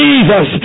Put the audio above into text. Jesus